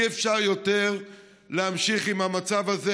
אי-אפשר יותר להמשיך עם המצב הזה.